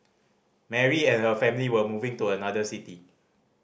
Mary and her family were moving to another city